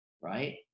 right